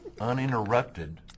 uninterrupted